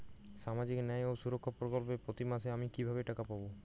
সামাজিক ন্যায় ও সুরক্ষা প্রকল্পে প্রতি মাসে আমি কিভাবে টাকা পাবো?